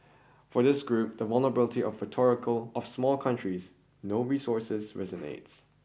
for this group the vulnerability of rhetorical of small countries no resources resonates